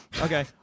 Okay